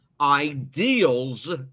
ideals